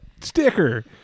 sticker